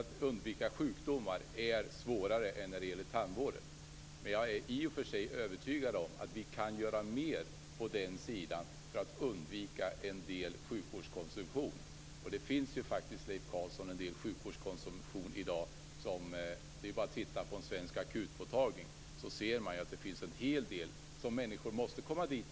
Att förebygga sjukdomar är svårare än vad gäller tandvården. Jag är i och för sig övertygad om att vi kan göra mer på den sidan för att undvika en del sjukvårdskonsumtion. Det finns, Leif Carlson, en del sjukvårdskonsumtion som ganska lätt skulle ha kunnat undvikas om man hade vidtagit ett antal åtgärder ute i samhället.